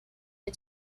you